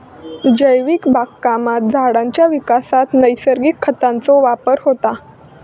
जैविक बागकामात झाडांच्या विकासात नैसर्गिक खतांचो वापर होता